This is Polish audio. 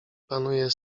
panuje